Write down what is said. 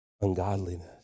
Ungodliness